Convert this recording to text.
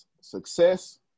success